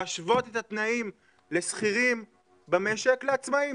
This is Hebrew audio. להשוות את התנאים של שכירים במשק לעצמאים.